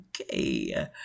okay